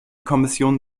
kommission